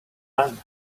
man